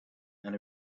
and